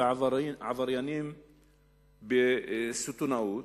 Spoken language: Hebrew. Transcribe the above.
ועבריינים בסיטונאות,